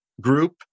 group